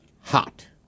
hot